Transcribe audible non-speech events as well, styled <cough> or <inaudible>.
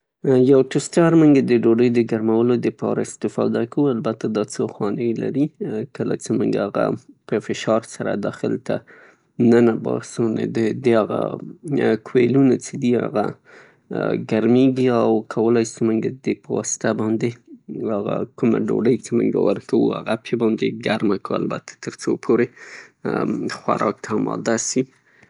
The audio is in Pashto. یو ټوسټر مونږه د ډوډي د ګرمولو د پاره استفاده کوو، البته دا څو خانې لري، کله چه مونږ هغه فشار سره داخل ته دننه باسو، د هغه کویلونه چې دي هغه ګرمیږي او کولای سو مونږه د هغه پواسطه باندې هغه کومه ډوډی چه مونږه ورکوو، هغه پې باندې ګرمه کړو <hesitation> البته څو د خوراک لپاره هغه چمتو سي.